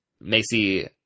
Macy